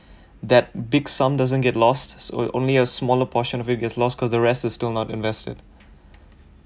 that big sum doesn't get lost so only a smaller portion of it gets lost cause the rest is still not invested